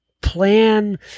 plan